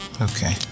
Okay